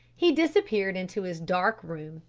he disappeared into his dark room,